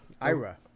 IRA